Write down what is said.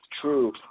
true